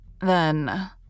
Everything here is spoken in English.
Then